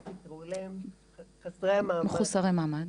או את חסרי המעמד,